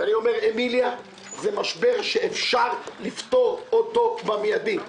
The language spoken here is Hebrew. באמיליה זה משבר שאפשר לפתור אותו באופן מיידי.